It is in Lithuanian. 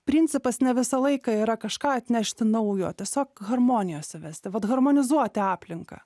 principas ne visą laiką yra kažką atnešti naujo tiesiog harmonijos įvesti vat harmonizuoti aplinką